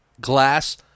glass